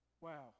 Wow